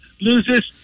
loses